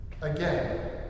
again